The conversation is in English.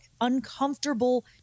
uncomfortable